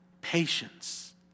patience